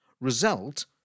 result